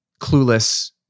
clueless